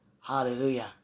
Hallelujah